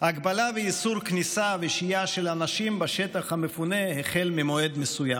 הגבלה ואיסור כניסה ושהייה של אנשים בשטח המפונה החל ממועד מסוים,